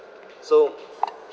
so